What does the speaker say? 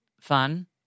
fun